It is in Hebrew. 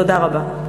תודה רבה.